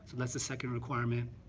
so that's the second requirement.